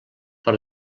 per